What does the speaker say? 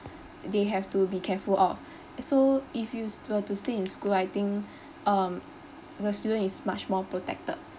they have to be careful of so if you s~ were to stay in school I think um the student is much more protected